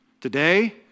Today